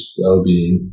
well-being